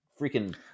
freaking